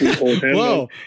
whoa